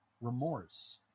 remorse